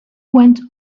went